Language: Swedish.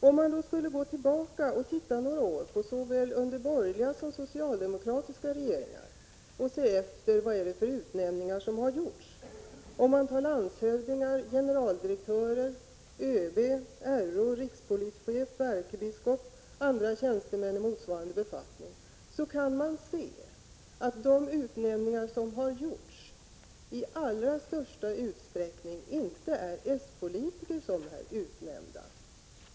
Vi kan gå tillbaka några år och se efter vad det är för 83 utnämningar som har gjorts under såväl borgerliga som socialdemokratiska regeringar — landshövdingar, generaldirektörer, ÖB, RÅ, rikspolischef, ärkebiskop och andra tjänstemän i motsvarande befattning. Vi kan då se att det i allra största utsträckning inte är s-politiker som är utnämnda.